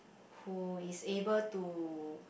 who is able to